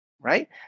right